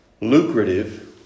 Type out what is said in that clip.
lucrative